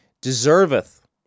deserveth